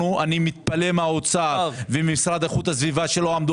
אני מתפלא שהאוצר והמשרד לאיכות הסביבה לא עמדו